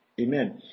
Amen